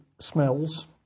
smells